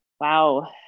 wow